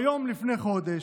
היום לפני חודש,